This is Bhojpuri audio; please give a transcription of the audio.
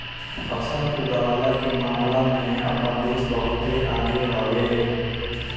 फसल उगवला के मामला में आपन देश बहुते आगे हवे